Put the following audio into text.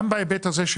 גם בהיבט הזה,